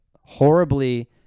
horribly